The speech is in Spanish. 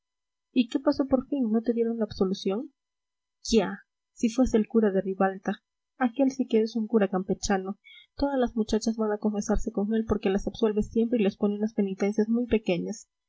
y qué pasó por fin no te dieron la absolución quia si fuese el cura de ribalta aquel sí que es un cura campechano todas las muchachas van a confesarse con él porque las absuelve siempre y les pone unas penitencias muy pequeñas